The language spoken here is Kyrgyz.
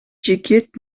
жигит